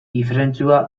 ifrentzua